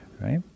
right